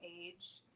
age